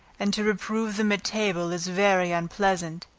and to reprove them at table is very unpleasant,